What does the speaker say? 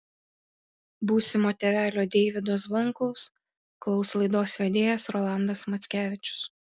būsimo tėvelio deivydo zvonkaus klaus laidos vedėjas rolandas mackevičius